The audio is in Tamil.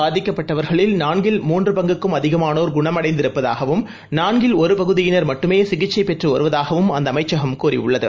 பாதிக்கப்பட்டவர்களில் நான்கில் பங்குக்கும் மொத்தம் முன்று அதிகமானோர் குணமடைந்திருப்பதாகவும் நான்கில் ஒரு பகுதியினர் மட்டுமே சிகிச்சை பெற்று வருவதாகவும் அந்த அமைச்சகம் கூறியுள்ளது